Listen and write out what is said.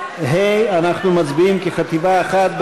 ה' אנחנו מצביעים כחטיבה אחת,